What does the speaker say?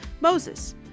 Moses